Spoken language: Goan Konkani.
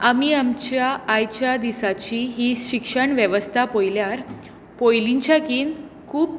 आमी आमच्या आयच्या दिसाची ही शिक्षण वेवस्था पळयल्यार पयलींनच्याकून खूब